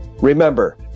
remember